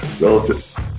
relative